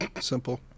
Simple